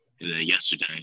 yesterday